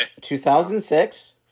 2006